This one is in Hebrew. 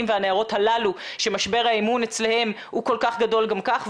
והנערות הללו שמשבר האמון אצלם הוא כל כך גדול גם כך,